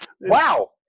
wow